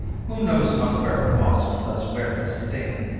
who knows not where a wasp does wear his sting?